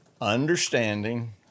understanding